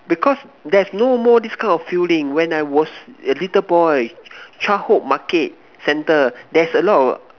because there's no more this kind of feeling when I was a little boy childhood Market center there's a lot of